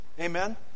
Amen